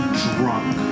drunk